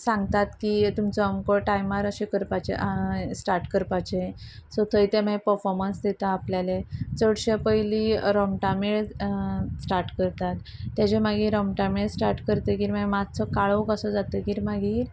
सांगतात की तुमचो अमको टायमार अशे करपाचे आं स्टार्ट करपाचे सो थंय ते मागीर परफोमन्स दिता आपल्या चडशे पयली रोमटामेळ स्टार्ट करतात तेजे मागीर रोमटामेळ स्टार्ट करतकीर मागीर मात्सो काळो कसो जातकीर मागीर